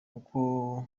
uko